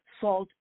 salt